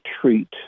treat